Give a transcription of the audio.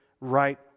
right